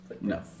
No